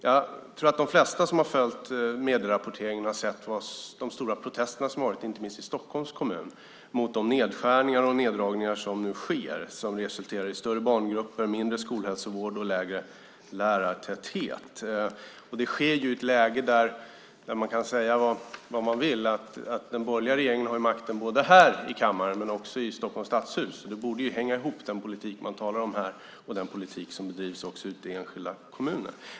Jag tror att de flesta som har följt medierapporteringen har sett de stora protester som har varit, inte minst i Stockholms kommun, mot de nedskärningar och neddragningar som nu sker, som resulterar i större barngrupper, mindre skolhälsovård och lägre lärartäthet. Man kan säga vad man vill, men de borgerliga har ju makten både här i kammaren och i Stockholms stadshus, och den politik man talar om här borde hänga ihop med den som bedrivs också ute i enskilda kommuner.